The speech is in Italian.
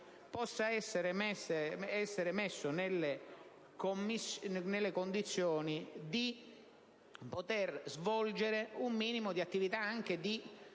sia messo nelle condizioni di poter svolgere un minimo di attività di